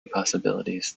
possibilities